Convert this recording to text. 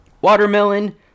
watermelon